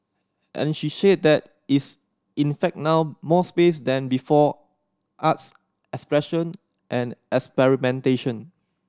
and she said there is in fact now more space than before arts expression and experimentation